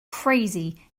crazy